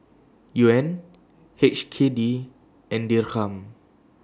Yuan H K D and Dirham